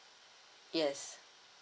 yes